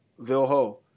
Vilho